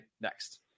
next